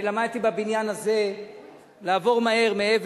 אני למדתי בבניין הזה לעבור מהר מאבל